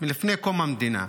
מלפני קום המדינה.